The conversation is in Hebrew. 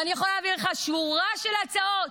אני יכולה להביא לך שורה של הצעות.